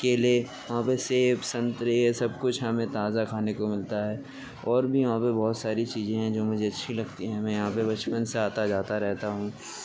کیلے وہاں پہ سیب سنترے یہ سب کچھ ہمیں تازہ کھانے کو ملتا ہے اور بھی وہاں پہ بہت ساری چیزیں ہیں جو مجھے اچھی لگتی ہے میں یہاں پہ بچپن سے آتا جاتا رہتا ہوں